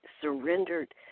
surrendered